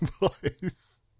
Boys